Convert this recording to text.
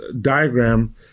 diagram